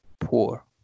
poor